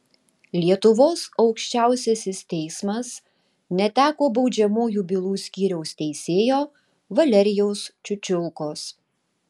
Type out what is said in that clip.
lietuvos aukščiausiasis teismas neteko baudžiamųjų bylų skyriaus teisėjo valerijaus čiučiulkos